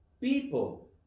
people